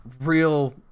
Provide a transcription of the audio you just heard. real